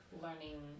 learning